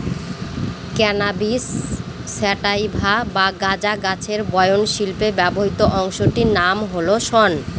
cannabis sativa বা গাঁজা গাছের বয়ন শিল্পে ব্যবহৃত অংশটির নাম হল শন